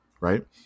Right